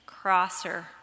Crosser